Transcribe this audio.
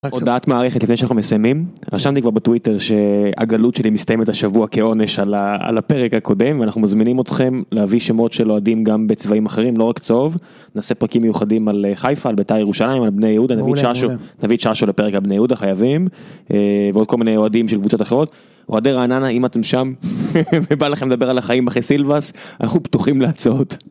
הודעת מערכת לפני שאנחנו מסיימים, רשמתי כבר בטוויטר שהגלות שלי מסתיים את השבוע כעונש על הפרק הקודם ואנחנו מזמינים אתכם להביא שמות של אוהדים גם בצבעים אחרים, לא רק צהוב. נעשה פרקים מיוחדים על חיפה על בית"ר ירושלים, על בני יהודה, נביא את ששו לפרק על בני יהודה חייבים ועוד כל מיני אוהדים של קבוצות אחרות. אוהדי רעננה, אם אתם שם, אם בא לכם לדבר על החיים אחרי סילבאס אנחנו פתוחים להצעות.